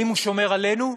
האם הוא שומר עלינו,